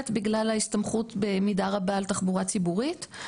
בגלל ההסתמכות במידה רבה על תחבורה ציבורית.